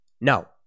no